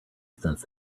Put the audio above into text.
since